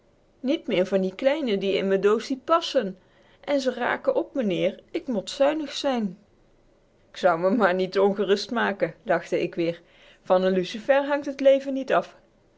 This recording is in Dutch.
niet meer van die kleine die in me doossie p a s s e n en ze raken op meneer ik mot zuinig zijn k zou me maar niet ongerust maken lachte ik weer van n lucifer hangt t leven niet af